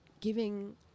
giving